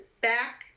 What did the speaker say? back